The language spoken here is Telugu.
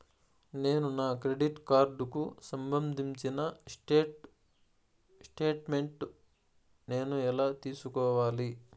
నేను నా క్రెడిట్ కార్డుకు సంబంధించిన స్టేట్ స్టేట్మెంట్ నేను ఎలా తీసుకోవాలి?